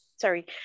sorry